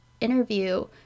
interview